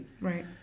Right